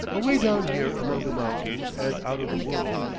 away down here among the mountains and out of the world,